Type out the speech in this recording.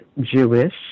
Jewish